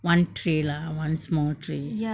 one tray lah one small tray